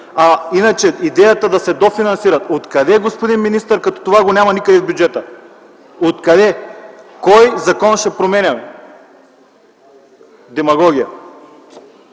А иначе идеята да се дофинансират - откъде, господин министър, като това го няма никъде в бюджета? Откъде?! Кой закон ще променяме?! Демагогия!